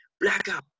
Blackout